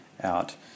out